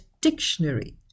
dictionary